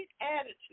attitude